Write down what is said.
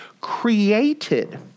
created